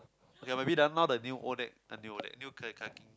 okay maybe done now the new Odac the new Odac new kayak kayaking